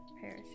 Paris